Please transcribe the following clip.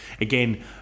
Again